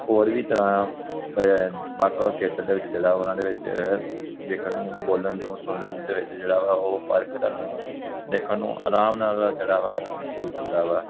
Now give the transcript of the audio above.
ਹੋਰ ਵੀ ਤਰ੍ਹਾਂ ਵੱਖ ਵੱਖ ਖੇਤਰ ਦੇ ਵਿੱਚ ਜਿਹੜਾ ਉਹਨਾਂ ਦੇ ਵਿੱਚ ਵੇਖਣ ਨੂੰ ਬੋਲਣ ਨੂੰ ਸੁਣਨ ਦੇ ਵਿੱਚ ਜਿਹੜਾ ਵਾ ਉਹ ਫਰਕ ਤੁੁਹਾਨੂੰ ਦੇਖਣ ਨੂੰ ਆਰਾਮ ਨਾਲ ਜਿਹੜਾ ਵਾ ਉਹ ਮਹਿਸੂਸ ਹੁੰਦਾ ਵਾ